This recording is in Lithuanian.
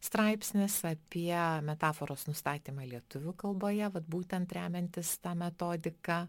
straipsnis apie metaforos nustatymą lietuvių kalboje vat būtent remiantis ta metodika